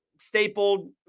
stapled